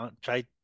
try